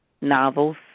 novels